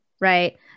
right